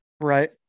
right